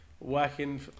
working